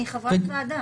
אני חברת ועדה.